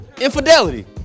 Infidelity